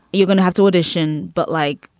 you're going to have to audition. but like.